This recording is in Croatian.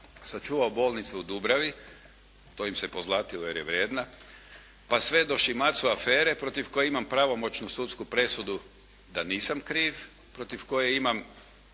sačuvao bolnicu u Dubravi, to im se pozlatilo jer je vrijedna, pa sve do Shimatzu afere“ protiv koje imam pravomoćnu sudsku presudu da nisam kriv, protiv koje imam,